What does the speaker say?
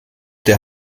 der